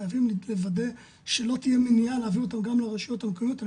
חייבים לוודא שלא תהיה מניעה להעביר אותם גם לרשויות המקומיות על